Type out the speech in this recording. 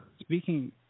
speaking